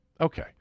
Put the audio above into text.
Okay